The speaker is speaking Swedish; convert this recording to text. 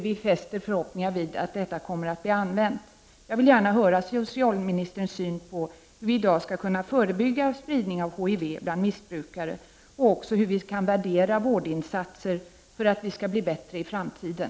Vi fäster förhoppningar vid att denna metod kommer att användas. Jag vill gärna höra socialministerns syn på hur vi i dag skall kunna förebygga spridning av HIV bland missbrukare och också på hur vi kan värdera vårdinsatser, för att vi skall bli bättre i framtiden.